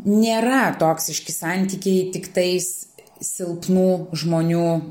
nėra toksiški santykiai tiktais silpnų žmonių